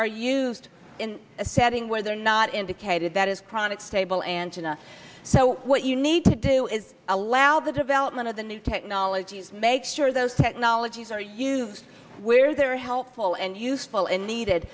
are used in a setting where they are not indicated that is chronic stable angina so what you need to do is allow the development of the new technologies make sure those technologies are you where they're helpful and useful and needed